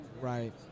Right